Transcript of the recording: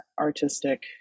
artistic